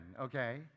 okay